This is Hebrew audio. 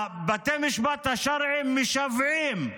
בתי המשפט השרעיים משוועים,